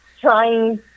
trying